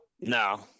No